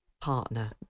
partner